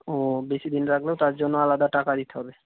ও বেশি দিন রাখলেও তার জন্য আলাদা টাকা দিতে হবে